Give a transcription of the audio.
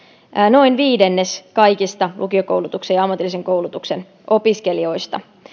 noin viidennes kaikista lukiokoulutuksen ja ammatillisen koulutuksen opiskelijoista